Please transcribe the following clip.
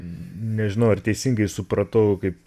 nežinau ar teisingai supratau kai